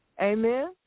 Amen